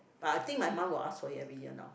but I think my mom will ask for it every year now